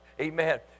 amen